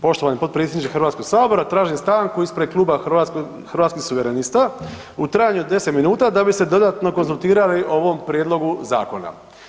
Poštovani potpredsjedniče Hrvatskog sabora, tražim stanku ispred kluba Hrvatskih suverenista u trajanju od 10 min da bi se dodatno konzultirali o ovom prijedlogu zakona.